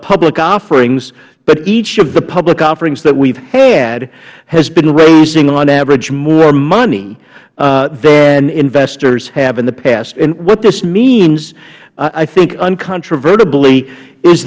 public offerings but each of the public offerings that we've had has been raising on average more money than investors have in the past what this means i think